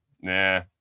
nah